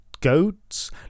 Goats